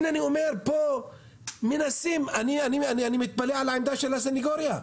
אני מתפלא על העמדה של הסנגוריה.